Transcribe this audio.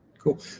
Cool